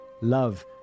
love